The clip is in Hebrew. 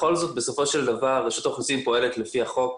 בכל זאת בסופו של דבר רשות האוכלוסין פועלת לפי החוק.